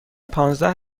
پانزده